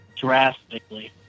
drastically